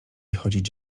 chodzić